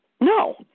No